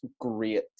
great